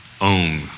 own